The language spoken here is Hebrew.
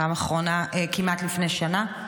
פעם אחרונה לפני כמעט שנה.